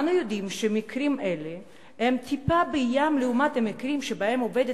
אנו יודעים שמקרים אלה הם טיפה בים לעומת המקרים שבהם העובדת